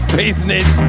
business